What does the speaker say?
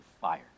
fire